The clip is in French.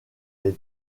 les